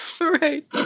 Right